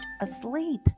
asleep